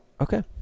Okay